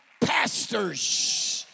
pastors